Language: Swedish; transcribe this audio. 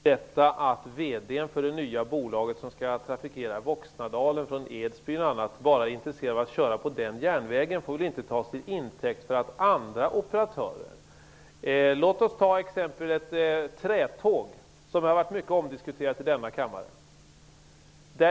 Herr talman! Det förhållandet att VD:n för det nya bolag som skall trafikera Voxnadalen från Edsbyn osv. bara är intresserad av att köra på Voxnabanan får väl inte tas till intäkt för vad andra operatörer vill. Låt oss ta exemplet Trätåg, som har varit mycket omdiskuterat i denna kammare.